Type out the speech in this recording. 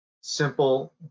simple